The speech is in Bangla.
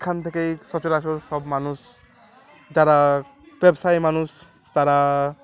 এখান থেকেই সচরাচর সব মানুষ যারা ব্যবসায়ী মানুষ তারা